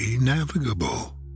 navigable